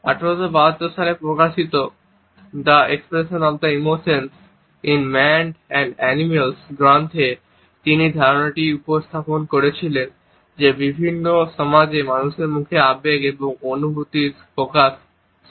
1872 সালে প্রকাশিত the expression of the emotions in man and animals গ্রন্থে তিনি এই ধারণাটি উত্থাপন করেছিলেন যে বিভিন্ন সমাজে মানুষের মুখে আবেগ এবং অনুভূতির প্রকাশ সর্বজনীন